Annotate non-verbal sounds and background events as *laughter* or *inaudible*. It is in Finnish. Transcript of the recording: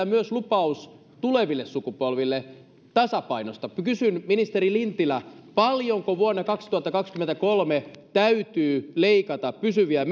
*unintelligible* myös lupaus tuleville sukupolville tasapainosta kysyn ministeri lintilä paljonko vuonna kaksituhattakaksikymmentäkolme täytyy leikata pysyviä *unintelligible*